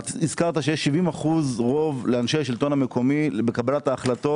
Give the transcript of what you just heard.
הזכרת שיש 70 אחוזים רוב לאנשי השלטון המקומי בקבלת ההחלטות.